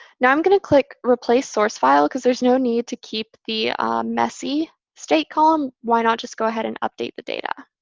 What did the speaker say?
now i'm going to click replace source file because there's no need to keep the messy state column. why not just go ahead and update the data?